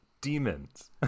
demons